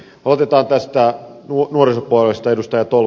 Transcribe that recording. otetaan tästä nuorisopuolesta